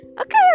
Okay